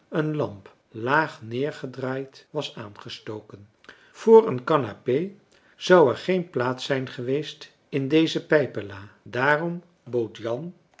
een lamp laag neergedraaid was aangestoken voor een canapé zou er geen plaats zijn geweest in deze pijpenlade daarom bood jan